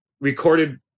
recorded